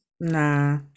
Nah